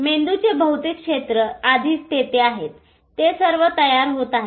मेंदूचे बहुतेक क्षेत्र आधीच तेथे आहेत ते सर्व तयार होत आहेत